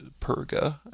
Perga